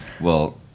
Well-